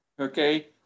okay